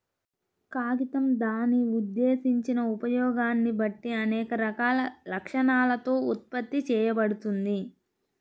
కాగితం దాని ఉద్దేశించిన ఉపయోగాన్ని బట్టి అనేక రకాల లక్షణాలతో ఉత్పత్తి చేయబడుతుంది